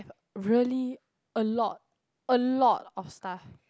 really a lot a lot of stuff